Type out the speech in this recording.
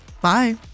Bye